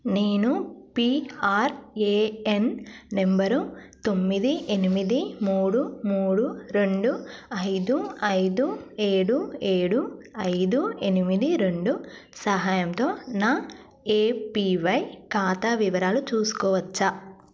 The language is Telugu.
నేను పీఆర్ఏఎన్ నంబరు తొమ్మిది ఎనిమిది మూడు మూడు రెండు ఐదు ఐదు ఏడు ఏడు ఐదు ఎనిమిది రెండు సహాయంతో నా ఏపీవై ఖాతా వివరాలు చూసుకోవచ్చా